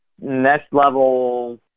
next-level